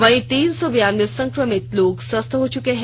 वहीं तीन सौ बिरानबे संक्रमित लोग स्वस्थ हो चुके हैं